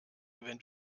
wenn